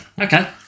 Okay